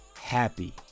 happy